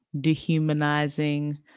dehumanizing